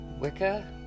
wicca